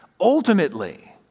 Ultimately